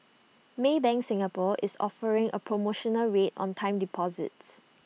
maybank Singapore is offering A promotional rate on time deposits